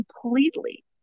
completely